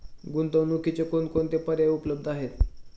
गुंतवणुकीचे कोणकोणते पर्याय उपलब्ध आहेत?